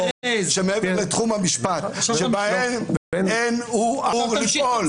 שמעבר לתחום המשפט בהם אין הוא אמור לפעול".